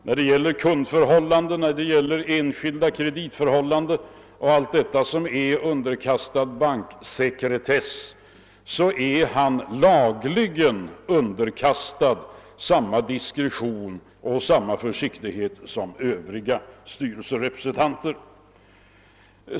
När det gäller kundförhållanden, enskilda kreditfrågor och allt som står under banksekretess är han lagligen underkastad samma diskretion och försiktighet som övriga styrelserepresentanter.